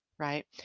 right